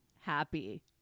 happy